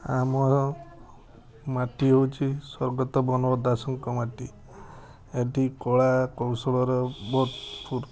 ଆମର ମାଟି ହେଉଛି ସ୍ଵର୍ଗତ ବନବତ୍ତ ଦାସଙ୍କ ମାଟି ଏଇଠି କଳା କୌଶଳର ଭରପୁର